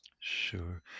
Sure